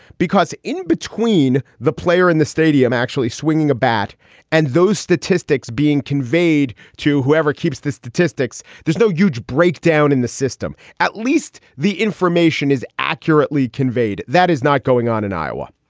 because in between the player in the stadium actually swinging a bat and those statistics being conveyed to whoever keeps the statistics, there's no huge breakdown in the system. at least the information is accurately conveyed. that is not going on in iowa.